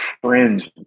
friends